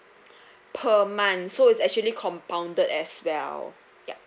per month so it's actually compounded as well yup